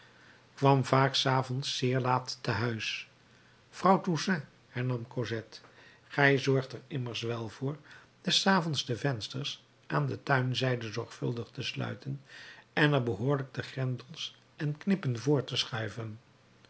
kwam vaak s avonds zeer laat te huis vrouw toussaint hernam cosette gij zorgt er immers wel voor des avonds de vensters aan de tuinzijde zorgvuldig te sluiten en er behoorlijk de grendels en knippen voor te schuiven